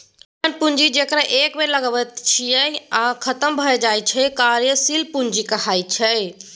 ओहेन पुंजी जकरा एक बेर लगाबैत छियै आ खतम भए जाइत छै कार्यशील पूंजी कहाइ छै